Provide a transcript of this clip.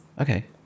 Okay